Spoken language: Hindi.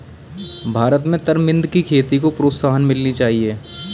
भारत में तरमिंद की खेती को प्रोत्साहन मिलनी चाहिए